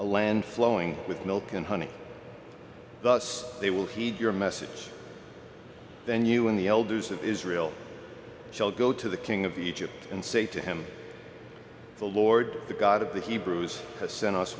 a land flowing with milk and honey but they will heed your message then you in the elders of israel shall go to the king of egypt and say to him the lord the god of the hebrews has sent us